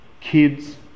Kids